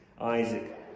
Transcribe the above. Isaac